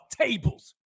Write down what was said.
tables